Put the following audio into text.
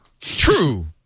True